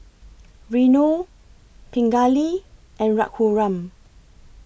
Renu Pingali and Raghuram